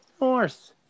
north